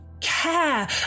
care